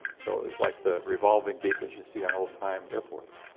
so it was like the resolving beacons you see on old time airports.